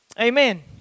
Amen